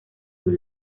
sus